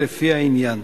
לפי העניין.